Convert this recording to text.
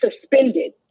suspended